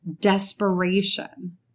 Desperation